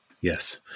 Yes